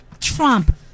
Trump